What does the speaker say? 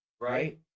right